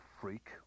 freak